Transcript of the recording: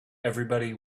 everybody